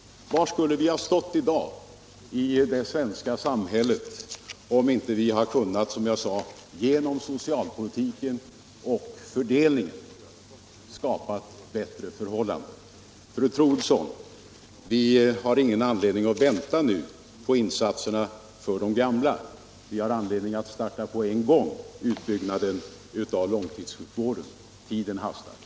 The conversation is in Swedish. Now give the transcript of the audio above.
Var skulle vi ha stått i dag i det svenska samhället om vi inte genom socialpolitiken och fördelningspolitiken hade kunnat skapa bättre förhållanden? Fru Troedsson, vi har ingen anledning att vänta med insatserna för de gamla utan måste omedelbart starta utbyggnaden av långtidssjukvården. Tiden hastar.